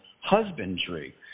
husbandry